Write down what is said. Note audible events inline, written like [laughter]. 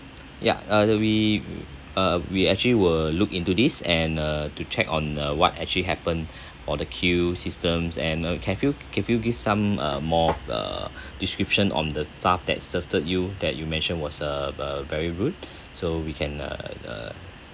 ya uh we uh we actually will look into this and uh to check on uh what actually happened [breath] or the queue systems and uh can you can you give some uh more uh description on the staff that served you that you mentioned was a a very rude so we can uh uh